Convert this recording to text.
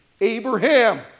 Abraham